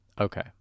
Okay